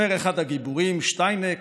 אומר אחד הגיבורים, שטיינק,